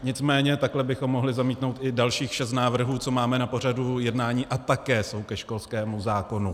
Nicméně takhle bychom mohli zamítnout i dalších šest návrhů, co máme na pořadu jednání a také jsou ke školského zákonu.